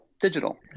digital